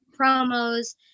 promos